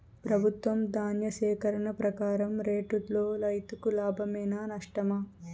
ప్రభుత్వం ధాన్య సేకరణ ప్రకారం రేటులో రైతుకు లాభమేనా నష్టమా?